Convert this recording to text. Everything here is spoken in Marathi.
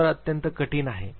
उत्तर अत्यंत कठीण आहे